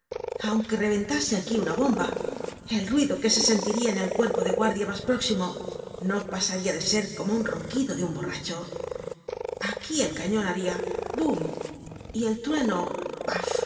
aunque reventase aquí una bomba el ruido que se sentiria en el cuerpo de guardia mas próximo no pasaria de ser como un ronquido de un borracho aquí el cañon haria bum y el trueno